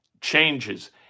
changes